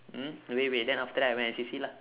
mm you wait wait then after that I went N_C_C lah